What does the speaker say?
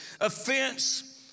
Offense